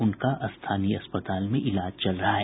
उनका स्थानीय अस्पताल में इलाज चल रहा है